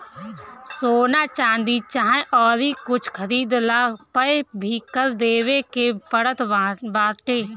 सोना, चांदी चाहे अउरी कुछु खरीदला पअ भी कर देवे के पड़त बाटे